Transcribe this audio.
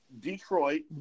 Detroit